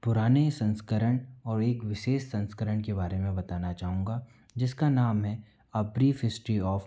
पुराने संस्करण और एक विशेष संस्करण के बारे मे बताना चाहूँगा जिसका नाम है अ ब्रीफ हिस्ट्री ऑफ